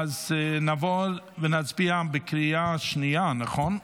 נעבור ונצביע בקריאה שנייה, נכון?